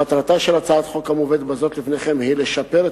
מטרתה של הצעת החוק המובאת בזאת לפניכם היא לשפר את